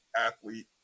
athlete